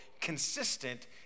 consistent